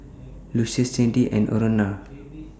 Lucius Cyndi and Aurora